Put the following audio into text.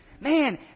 Man